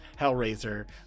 Hellraiser